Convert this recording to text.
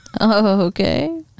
Okay